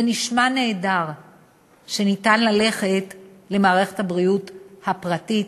זה נשמע נהדר שאפשר ללכת למערכת הבריאות הפרטית